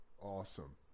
awesome